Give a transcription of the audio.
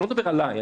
אני לא מדבר עליי,